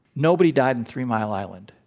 nobody died in three mile island.